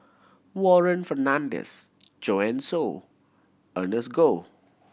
Warren Fernandez Joanne Soo Ernest Goh